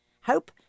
Hope